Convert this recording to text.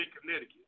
Connecticut